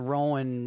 Rowan